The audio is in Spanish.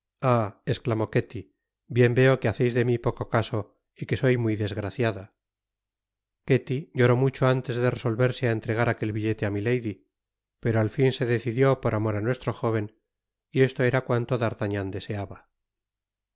esclamó ketty bien veo que haceis de mi poco caso y que soy muy desgraciada ketty lloró mucho antes de resolverse á entregar aquel billete á milady pero al fin se decidió por amor á nuestro jóven y esto era cuanto d'artagnan deseaba